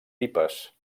pipes